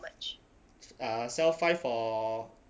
uh sell five for